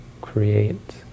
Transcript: create